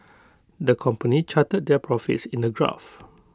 the company charted their profits in A graph